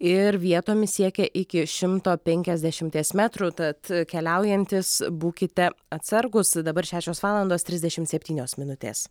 ir vietomis siekia iki šimto penkiasdešimties metrų tad keliaujantys būkite atsargūs dabar šešios valandos trisdešimt septynios minutės